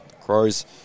Crows